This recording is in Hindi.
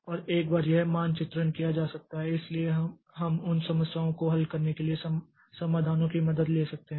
और एक बार यह मानचित्रण किया जा सकता है इसलिए हम उन समस्याओं को हल करने के लिए समाधानों की मदद ले सकते हैं